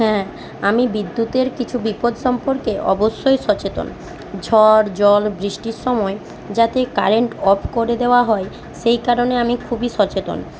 হ্যাঁ আমি বিদ্যুতের কিছু বিপদ সম্পর্কে অবশ্যই সচেতন ঝড় জল বৃষ্টির সময় যাতে কারেন্ট অফ করে দেওয়া হয় সেই কারণে আমি খুবই সচেতন